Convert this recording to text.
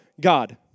God